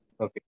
Okay